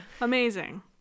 Amazing